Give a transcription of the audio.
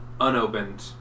unopened